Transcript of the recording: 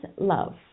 Love